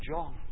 John